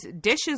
dishes